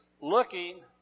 Looking